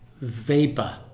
vapor